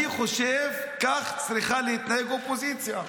אני חושב, כך צריכה להתנהג אופוזיציה.